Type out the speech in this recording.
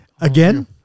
Again